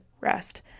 rest